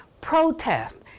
protest